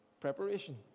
Preparation